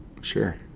sure